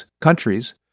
countries